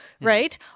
right